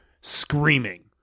screaming